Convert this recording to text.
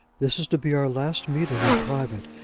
this is to be our last meeting in private,